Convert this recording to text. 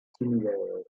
similaires